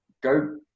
go